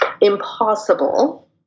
impossible